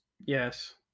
Yes